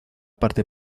parte